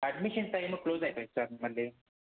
admission time close అయిపోయింది sir మళ్ళీ